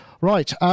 Right